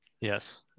Yes